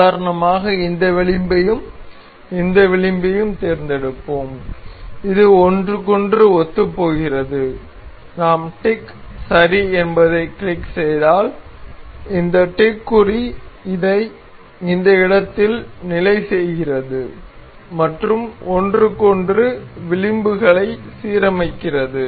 உதாரணமாக இந்த விளிம்பையும் இந்த விளிம்பையும் தேர்ந்தெடுப்போம் இது ஒன்றுக்கொன்று ஒத்துப்போகிறது நாம் டிக் சரி என்பதைக் கிளிக் செய்தால் இந்த டிக் குறி இதை இந்த இடத்தில் நிலை செய்கிறது மற்றும் ஒன்றுக்கொன்று விளிம்புகளை சீரமைக்கிறது